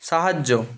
সাহায্য